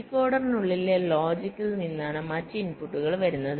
ഡീകോഡറിനുള്ളിലെ ലോജിക്കിൽ നിന്നാണ് മറ്റ് ഇൻപുട്ട് വരുന്നത്